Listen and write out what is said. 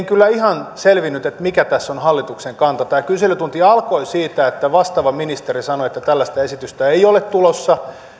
kyllä ihan selvinnyt mikä tässä on hallituksen kanta tämä kyselytunti alkoi siitä että vastaava ministeri sanoi että tällaista esitystä ei ole tulossa